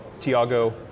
Tiago